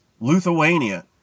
Lithuania